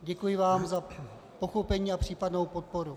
Děkuji vám za pochopení a případnou podporu.